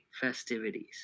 festivities